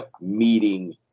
meeting